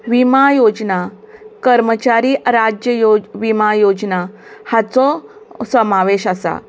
विमा योजना कर्मचारी राज्य यो् विमा योजना हाचो समावेश आसा